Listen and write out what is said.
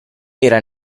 era